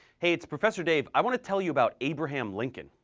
hey it's professor dave, i wanna tell you about abraham lincoln.